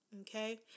okay